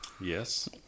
yes